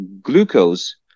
glucose